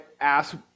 ask